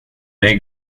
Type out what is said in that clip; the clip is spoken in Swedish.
dig